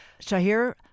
Shahir